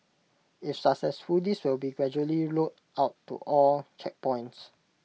if successful this will be gradually rolled out to all checkpoints